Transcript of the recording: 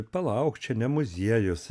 palauk čia ne muziejus